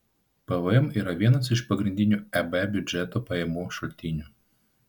pvm yra vienas iš pagrindinių eb biudžeto pajamų šaltinių